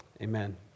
amen